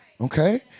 okay